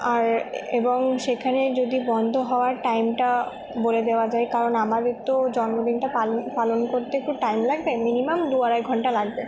আর এবং সেখানে যদি বন্ধ হওয়ার টাইমটা বলে দেওয়া যায় কারণ আমাদের তো জন্মদিনটা পালন করতে একটু টাইম লাগবে মিনিমাম দু আড়াই ঘন্টা লাগবে